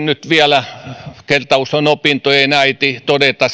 nyt vielä kertaus on opintojen äiti todeta